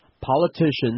politicians